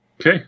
Okay